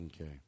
Okay